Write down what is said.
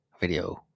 video